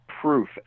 proof